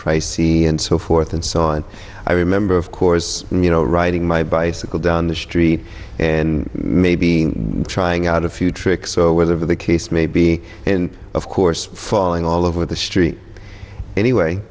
crises and so forth and so on i remember of course you know riding my bicycle down the street and maybe trying out a few tricks so where the case may be and of course falling all over the street anyway